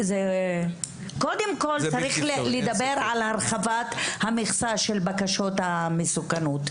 צריך קודם כל לדבר על הרחבת המכסה של בקשות המסוכנות.